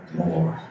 more